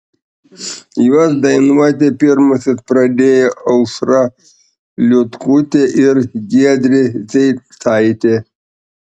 juos dainuoti pirmosios pradėjo aušra liutkutė ir giedrė zeicaitė